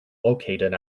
located